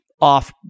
off